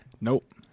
Nope